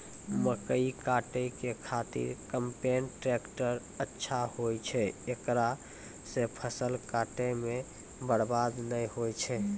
मकई काटै के खातिर कम्पेन टेकटर अच्छा होय छै ऐकरा से फसल काटै मे बरवाद नैय होय छै?